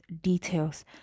details